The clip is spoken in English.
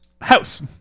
house